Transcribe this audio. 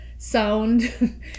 sound